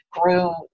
grew